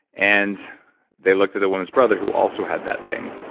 and they looked at the woman's brother who also had that thing,